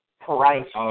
price